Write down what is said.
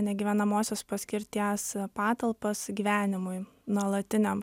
negyvenamosios paskirties patalpas gyvenimui nuolatiniam